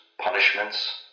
punishments